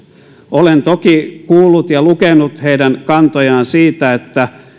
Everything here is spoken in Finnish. olen toki kuullut ja lukenut heidän kantojaan siitä että